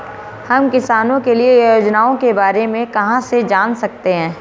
हम किसानों के लिए योजनाओं के बारे में कहाँ से जान सकते हैं?